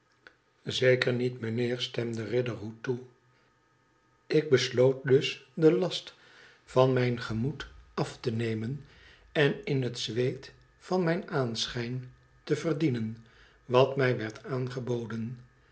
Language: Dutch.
zeker niet meneer stemde riderhood toe ik besloot dus den last van mijn gemoed af te nemen en in het zweet van mijn aanschijn te verdienen wat mij werd aangeboden